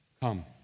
come